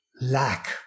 lack